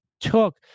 took